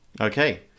okay